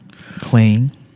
Clean